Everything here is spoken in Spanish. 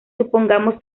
supongamos